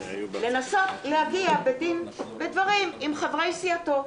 לנסות להגיע בדין ודברים עם חברי סיעתו.